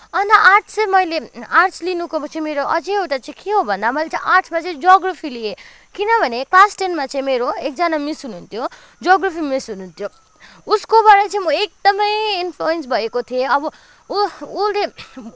अन्त आर्टस चाहिँ मैले आर्टस लिनुको पछि मेरो अझै एउटा चाहिँ के हो भन्दा मैले चाहिँ आर्टसमा चाहिँ जियोग्राफी लिएँ किनभने क्लास टेनमा चाहिँ मेरो एकजना मिस हुनुहुन्थ्यो जियोग्राफी मिस हुनुहुन्थ्यो उसकोबाट चाहिँ म एकदमै इनफ्लुएन्स भएको थिएँ अब ऊ उसले